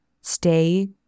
stay